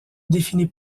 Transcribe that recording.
définit